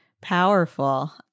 powerful